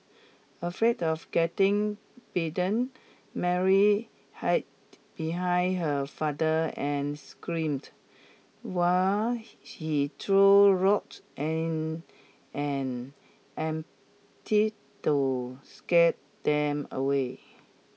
afraid of getting bitten Mary hide behind her father and screamed while she threw rocks in an to scared them away